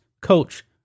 coach